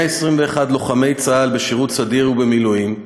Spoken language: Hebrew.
121 לוחמי צה"ל בשירות סדיר ובמילואים,